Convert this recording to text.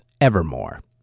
Evermore